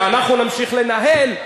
ואנחנו נמשיך לנהל,